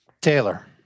Taylor